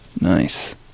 Nice